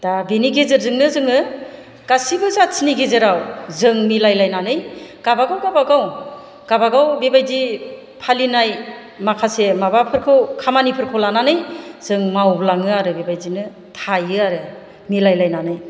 दा बिनि गेजेरजोंनो जोङो गासिबो जाथिनि गेजेराव जों मिलायलायनानै गाबागाव गाबागाव गाबागाव बेबादि फालिनाय माखासे माबाफोरखौ खामानिफोरखौ लानानै जों मावलाङो आरो बेबायदिनो थायोआरो मिलायलायनानै